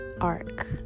arc